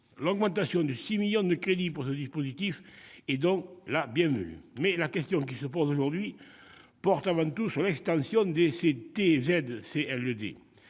L'augmentation de 6 millions d'euros des crédits pour ce dispositif est donc la bienvenue. Mais la question qui se pose aujourd'hui porte avant tout sur l'extension des TZCLD.